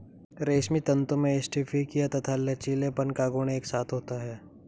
रेशमी तंतु में स्फटिकीय तथा लचीलेपन का गुण एक साथ होता है